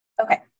okay